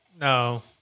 No